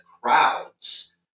crowds